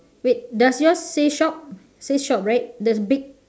wait does your's say shop say shop right does big